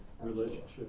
relationship